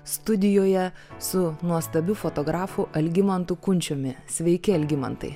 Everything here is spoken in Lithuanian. studijoje su nuostabiu fotografu algimantu kunčiumi sveiki algimantai